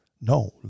No